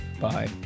Bye